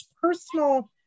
personal